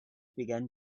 began